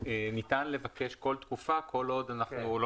ניתן לבקש כל תקופה כל עוד אנחנו לא